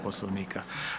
Poslovnika.